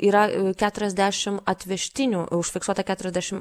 yra keturiasdešim atvežtinių užfiksuota keturiasdešim